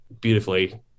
beautifully